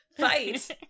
fight